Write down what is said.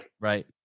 Right